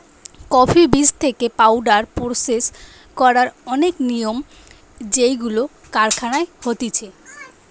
coffee বীজ থেকে powder process করার অনেক নিয়ম যেইগুলো কারখানায় হতিছে